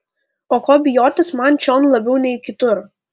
o ko bijotis man čion labiau nei kitur